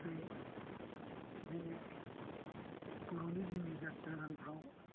बिदिनो बर'नि जोंनि जात्रा गानफ्राव